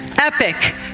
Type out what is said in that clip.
epic